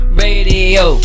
radio